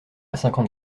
cinquante